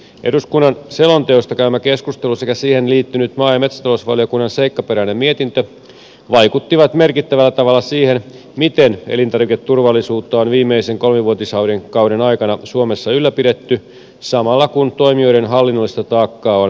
eduskunnan selonteosta käymä keskustelu sekä siihen liittynyt maa ja metsätalousvaliokunnan seikkaperäinen mietintö vaikuttivat merkittävällä tavalla siihen miten elintarviketurvallisuutta on viimeisen kolmivuotiskauden aikana suomessa ylläpidetty samalla kun toimijoiden hallinnollista taakkaa on vähennetty